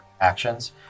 actions